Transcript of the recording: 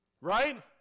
right